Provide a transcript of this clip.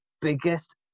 biggest